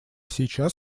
сейчас